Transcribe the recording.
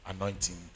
Anointing